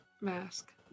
Mask